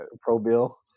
Pro-bill